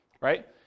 right